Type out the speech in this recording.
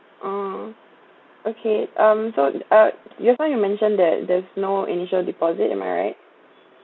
oh okay um so uh just now you mentioned that there's no initial deposit am I right